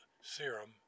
serum